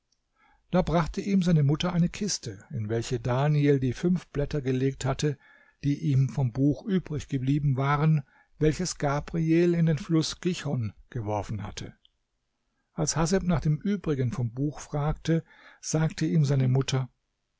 da brachte ihm seine mutter eine kiste in welche daniel die fünf blätter gelegt hatte die ihm vom buch übriggeblieben waren welches gabriel in den fluß gichon geworfen hatte als haseb nach dem übrigen vom buch fragte sagte ihm seine mutter